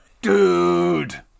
Dude